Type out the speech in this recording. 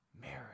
Mary